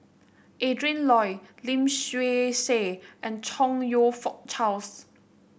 Adrin Loi Lim Swee Say and Chong You Fook Charles